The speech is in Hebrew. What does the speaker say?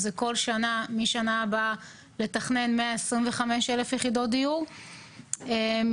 זה בא לידי ביטוי גם בהגדלת מענקי הפיתוח לרשויות וגם בנושא